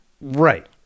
Right